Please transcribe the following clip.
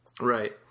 Right